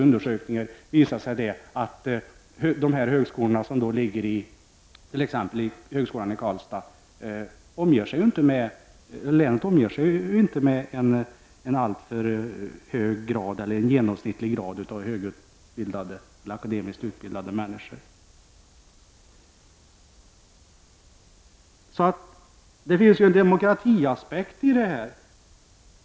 Undersökningar har också visat att det inte finns alltför många akademiskt utbildade personer. Det finns ju en demokratiaspekt också.